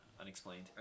unexplained